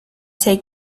take